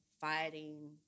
fighting